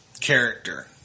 character